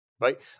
right